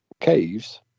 caves